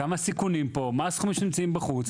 כמה סיכונים יש פה ומהם הסכומים שנמצאים בחוץ,